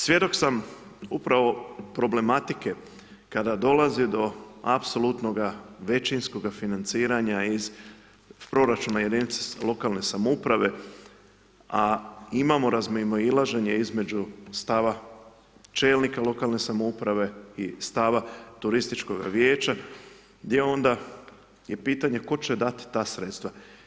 Svjedok sam upravo problematike kada dolazi do apsolutnoga većinskoga financiranja iz proračuna jedinice lokalne samouprave, a imamo razmimoilaženje između stava čelnika lokalne samouprave i stava turističkoga vijeća gdje onda je pitanje tko će dati ta sredstva.